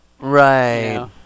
Right